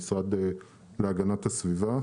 המשרד להגנת הסביבה,